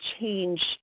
change